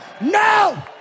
No